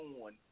on